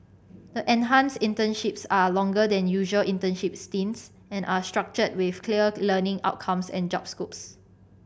the enhanced internships are longer than usual internship stints and are structured with clear learning outcomes and job scopes